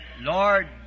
Lord